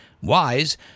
Wise